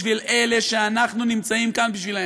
בשביל אלה שאנחנו נמצאים כאן בשבילם.